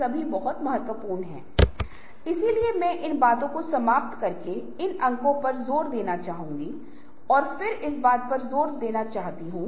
नौकरी नहीं करने का मतलब है एक तारीख का भुगतान न करना और अगर आप नौकरी नहीं करते हैं तो लगातार लंबित नौकरियां होंगी और लंबित नौकरियां आपके ऊपर तनाव डाल देंगी